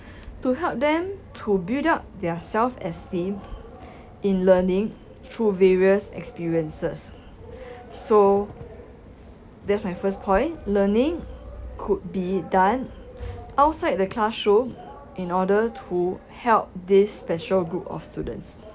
to help them to build up their self esteem in learning through various experiences so that's my first point learning could be done outside the classroom in order to help this special group of students